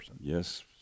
Yes